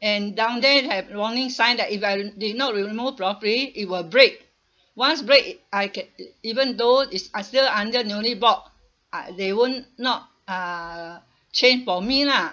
and down there have warning sign that if I did not remove properly it will break once break I ca~ even though it's are still under newly bought ah they won't not uh change for me lah